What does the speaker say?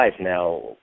Now